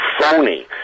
phony